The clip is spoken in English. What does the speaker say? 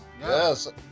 Yes